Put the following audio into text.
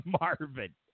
Marvin